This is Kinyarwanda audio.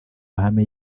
mahame